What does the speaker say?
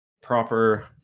proper